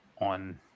on